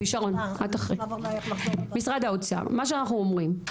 מה שאנחנו אומרים,